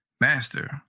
Master